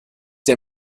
der